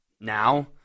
now